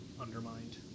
undermined